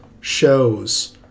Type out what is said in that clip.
shows